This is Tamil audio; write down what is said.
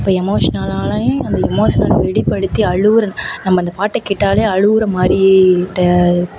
இப்போ எமோஷ்னலாலையும் அந்த எமோஷ்னல் வெளிப்படுத்தி அழுகிற நம்ப அந்த பாட்டை கேட்டாலே அழுகிற மாதிரிட்ட